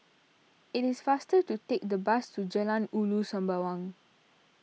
it is faster to take the bus to Jalan Ulu Sembawang